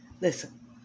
listen